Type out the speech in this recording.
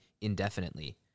indefinitely